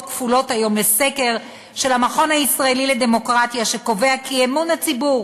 לסקר של המכון הישראלי לדמוקרטיה שקובע כי אמון הציבור